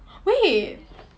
wait